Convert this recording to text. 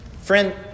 Friend